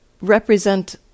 represent